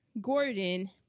gordon